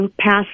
passed